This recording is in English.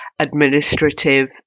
administrative